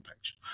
page